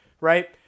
right